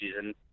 season